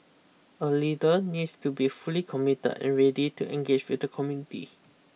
a leader needs to be fully committed and ready to engage with the community